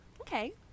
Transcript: Okay